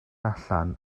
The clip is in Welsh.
allan